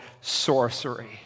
sorcery